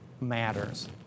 matters